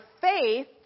faith